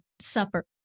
supper